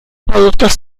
productos